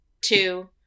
two